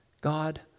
God